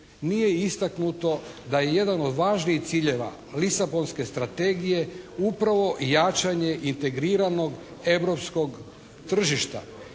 Nije istaknuto da je jedan od važnijih ciljeva Lisabonske strategije upravo i jačanje integriranog europskog tržišta.